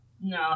No